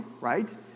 right